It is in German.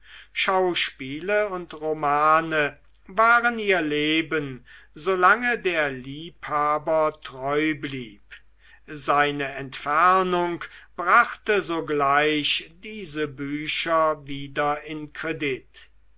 schauspiele und romane waren ihr leben solange der liebhaber treu blieb seine entfernung brachte sogleich diese bücher wieder in kredit